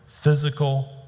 physical